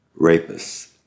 rapists